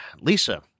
Lisa